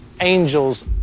angels